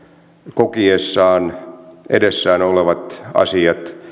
kokiessaan edessään olevat asiat